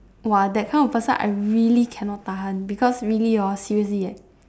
!wah! that kind of person I really cannot tahan because really hor seriously leh